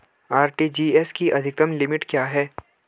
RTGS की अधिकतम limit क्या है?